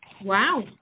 Wow